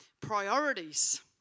priorities